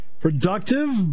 productive